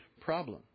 problem